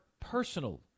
personal